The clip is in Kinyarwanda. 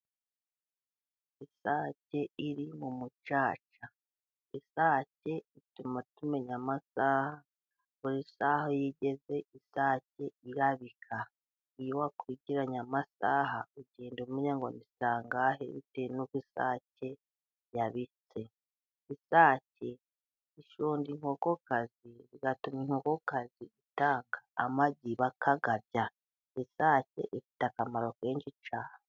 Isake iri mu mucaca. Isake ituma tumenya amasaha, buri saha iyo igeze, isake irabika irabika. Iyo wakurikiiranye amasaha ugenda umenya ngo ni saa ngahe, bitewe n'uko isake yabitse. Ishonda inkokokazi, igatuma inkokokazi ita amagi bakayarya. Isake ifite akamaro kenshi cyane.